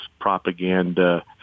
propaganda